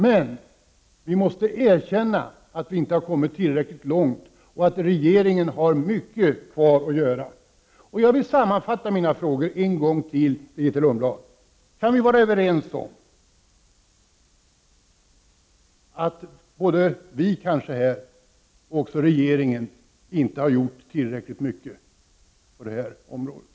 Men vi måste erkänna att vi inte har kommit tillräckligt långt, och att regeringen har mycket kvar att göra. Jag vill sammanfatta mina frågor till Grethe Lundblad en gång till: Kan vi vara överens om att både vi här i riksdagen och regeringen inte har gjort tillräckligt mycket på det här området?